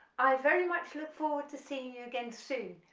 i very much look forward to seeing you again soon,